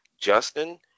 Justin